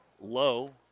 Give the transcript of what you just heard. low